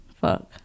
fuck